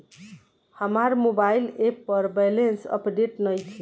हमार mobile app पर balance update नइखे